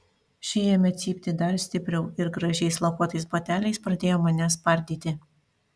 ši ėmė cypti dar stipriau ir gražiais lakuotais bateliais pradėjo mane spardyti